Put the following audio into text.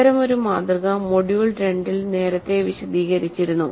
അത്തരമൊരു മാതൃക മൊഡ്യൂൾ 2 ൽ നേരത്തെ വിശദീകരിച്ചിരുന്നു